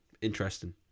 interesting